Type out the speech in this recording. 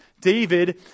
David